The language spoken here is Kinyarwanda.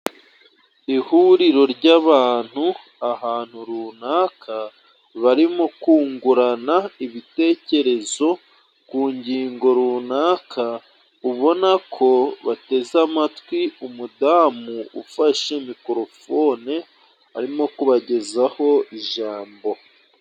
Ihuriro ry'abantu ahantu runaka barimo kungurana ibitekerezo ku ngingo runaka, ubona ko bateze amatwi umudamu ufashe mikorofone arimo kubagezaho ijambo.